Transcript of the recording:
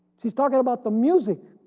she's talking about the music,